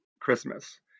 Christmas